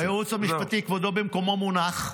הייעוץ המשפטי, כבודו במקומו מונח.